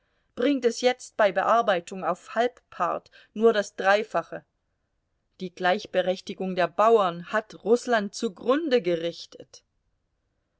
bringt es jetzt bei bearbeitung auf halbpart nur das dreifache die gleichberechtigung der bauern hat rußland zugrunde gerichtet